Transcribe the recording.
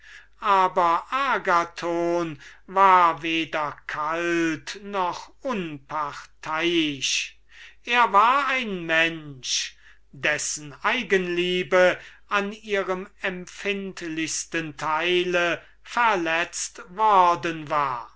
aber agathon war weder kalt noch unparteiisch er war ein mensch seine eigenliebe war an ihrem empfindlichsten teil verletzt worden der